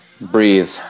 Breathe